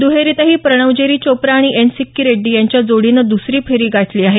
दुहेरीतही प्रणव जेरी चोप्रा आणि एन सिक्की रेड्डी यांच्या जोडीनं दुसरी फेरी गाठली आहे